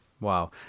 wow